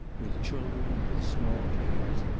with children, with small cares,